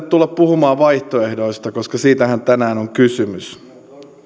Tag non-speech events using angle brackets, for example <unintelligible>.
<unintelligible> tulla tänne puhumaan vaihtoehdoista koska siitähän tänään on kysymys